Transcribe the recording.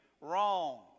wrong